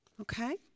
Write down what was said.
Okay